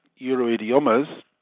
Euroidiomas